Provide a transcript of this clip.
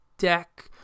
deck